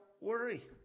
worry